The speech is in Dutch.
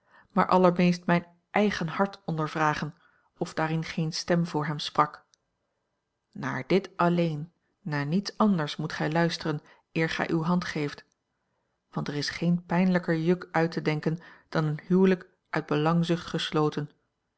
maar allermeest mijn eigen hart ondervragen of daarin geene stem voor hem sprak naar dit alleen naar niets anders moet gij luisteren eer gij uwe hand geeft want er is geen pijnlijker juk uit te denken dan een huwelijk uit belangzucht gesloten